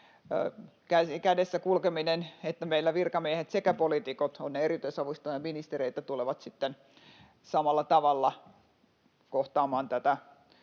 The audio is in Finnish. kädessä kulkeminen, että meillä virkamiehet sekä poliitikot, ovat he erityisavustajia tai ministereitä, tulevat sitten samalla tavalla kohtaamaan tätä